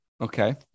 Okay